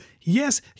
yes